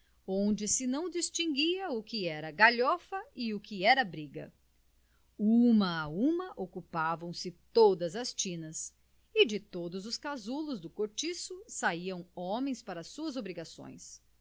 onde se não distinguia o que era galhofa e o que era briga uma a uma ocupavam se todas as tinas e de todos os casulos do cortiço saiam homens para as suas obrigações